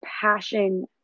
passion